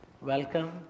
welcome